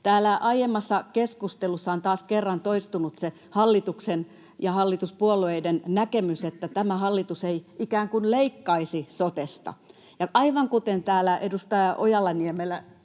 Täällä aiemmassa keskustelussa on taas kerran toistunut se hallituksen ja hallituspuolueiden näkemys, että tämä hallitus ei ikään kuin leikkaisi sotesta. Aivan kuten täällä edustaja Ojala-Niemelä